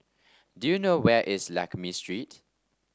do you know where is Lakme Street